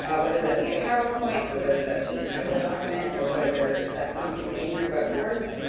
ah whether that be a powerpoint or whether that be you know a document or whether that's something in your webcourse,